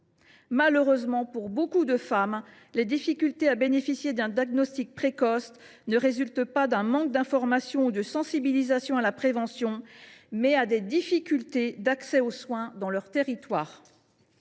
Malheureusement, pour beaucoup de femmes, les difficultés à bénéficier d’un diagnostic précoce résultent non pas d’un manque d’information ou de sensibilisation à la prévention, mais des difficultés d’accès aux soins dans leur territoire.